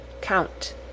count